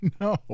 no